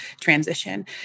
transition